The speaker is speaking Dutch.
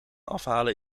afhalen